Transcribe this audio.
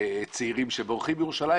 וצעירים שבורחים מירושלים.